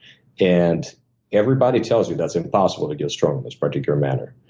and everybody tells you that's impossible to get strong in this particular manner.